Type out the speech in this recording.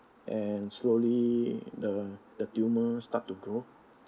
and slowly the the tumour start to grow